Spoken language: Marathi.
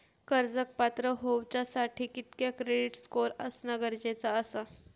कर्जाक पात्र होवच्यासाठी कितक्या क्रेडिट स्कोअर असणा गरजेचा आसा?